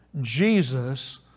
Jesus